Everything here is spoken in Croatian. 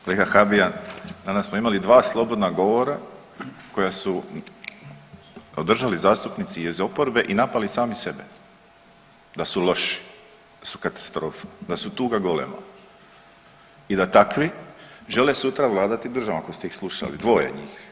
Kolega Habijan, danas smo imali dva slobodna govora koja su održali zastupnici iz oporbe i napali sami sebe da su loši, da su katastrofa, da su tuga golema i da takvi žele sutra vladati državom ako ste ih slušali dvoje njih.